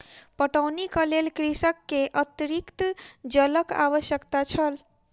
पटौनीक लेल कृषक के अतरिक्त जलक आवश्यकता छल